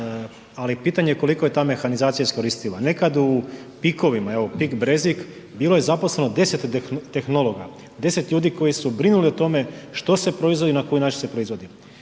ali pitanje koliko je ta mehanizacija iskoristljiva. Nekad u PIK-ovima, evo PIK Brezik, bilo je zaposleno 10 tehnologa, 10 ljudi koji su brinuli o tome što se proizvodi i na koji način se proizvodi.